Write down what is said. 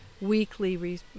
weekly